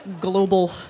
global